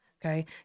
okay